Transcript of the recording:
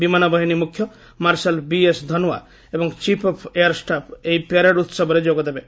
ବିମାନବାହିନୀ ମୁଖ୍ୟ marshal BS Dhanoa ଏବଂ chief of air staff ଏହି ପ୍ୟାରେଡ ଉତ୍ସବରେ ଯୋଗଦେବେ